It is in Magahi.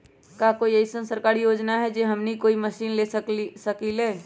का कोई अइसन सरकारी योजना है जै से हमनी कोई मशीन ले सकीं ला?